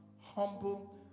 humble